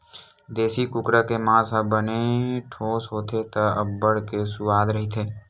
देसी कुकरा के मांस ह बने ठोस होथे त अब्बड़ के सुवाद रहिथे